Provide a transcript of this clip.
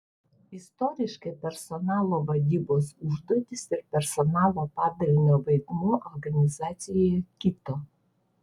istoriškai personalo vadybos užduotys ir personalo padalinio vaidmuo organizacijoje kito